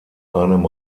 einem